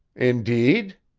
indeed?